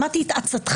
שמעתי את עצתך,